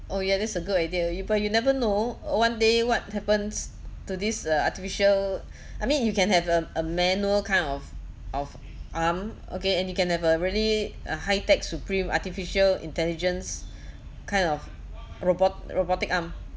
oh yeah that's a good idea you but you never know one day what happens to this uh artificial I mean you can have a a manual kind of of arm okay and you can have a really a high tech supreme artificial intelligence kind of robot robotic arm